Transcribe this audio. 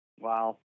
Wow